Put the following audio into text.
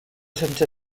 sense